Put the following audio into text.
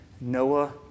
Noah